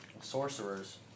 sorcerers